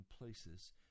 places